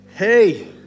Hey